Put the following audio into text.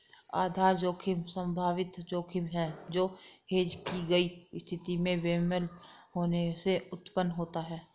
आधार जोखिम संभावित जोखिम है जो हेज की गई स्थिति में बेमेल होने से उत्पन्न होता है